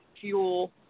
fuel